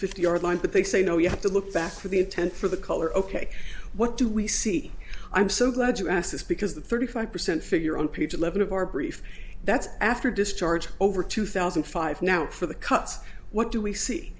fifty yard line but they say no you have to look back to the intent for the color ok what do we see i'm so glad you asked this because the thirty five percent figure on page eleven of our brief that's after discharge over two thousand and five now for the cuts what do we see